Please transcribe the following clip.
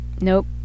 Nope